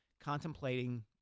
contemplating